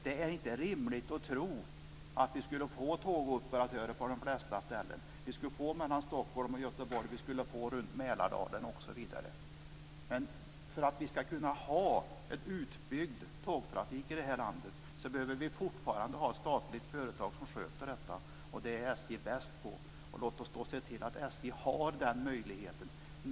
Det är inte rimligt att tro att vi skulle få tågoperatörer på de flesta ställen. Vi skulle få det mellan Stockholm och Göteborg, runt Mälardalen osv. Men för att vi ska kunna ha en utbyggd tågtrafik i detta land behöver vi fortfarande ha ett statligt företag som sköter det. Det är SJ bäst på. Låt oss då se till att SJ har den möjligheten.